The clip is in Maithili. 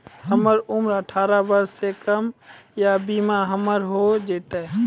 हमर उम्र अठारह वर्ष से कम या बीमा हमर हो जायत?